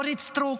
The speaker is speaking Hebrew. אורית סטרוק,